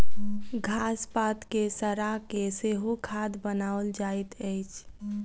घास पात के सड़ा के सेहो खाद बनाओल जाइत अछि